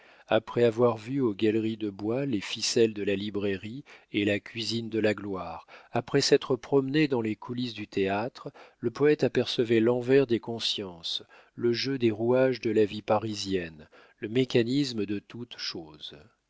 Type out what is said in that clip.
après avoir vu aux galeries de bois les ficelles de la librairie et la cuisine de la gloire après s'être promené dans les coulisses du théâtre le poète apercevait l'envers des consciences le jeu des rouages de la vie parisienne le mécanisme de toute chose